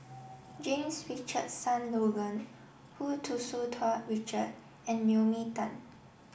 James Richardson Logan Hu Tsu Tau Richard and Naomi Tan